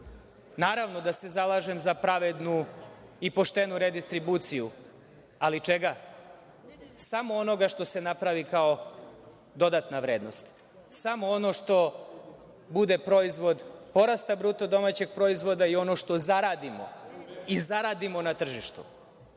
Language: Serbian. naravno da se zalažem za pravednu i poštenu redistribuciju, ali čega? Samo onoga što se napravi kao dodatna vrednost, samo ono što bude proizvod porasta BDP i ono što zaradimo i zaradimo na tržištu. To